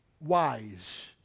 wise